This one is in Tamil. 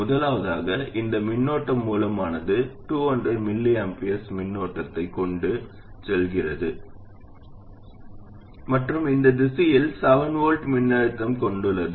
முதலாவதாக இந்த மின்னோட்ட மூலமானது 200 µA மின்னோட்டத்தைக் கொண்டு செல்கிறது மற்றும் இந்த திசையில் 7 V மின்னழுத்தத்தைக் கொண்டுள்ளது